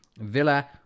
Villa